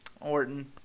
Orton